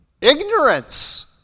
ignorance